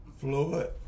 Floyd